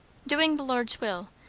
doing the lord's will.